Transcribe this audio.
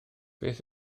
beth